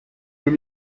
deux